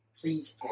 Please